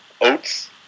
Oats